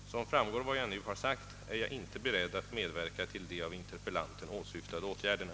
Som framgår av vad jag nu har sagt är jag inte beredd att medverka till de av interpellanten åsyftade åtgärderna.